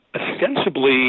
Ostensibly